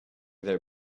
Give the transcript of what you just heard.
their